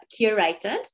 curated